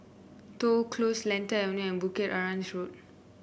Toh Close Lentor Avenue and Bukit Arang Road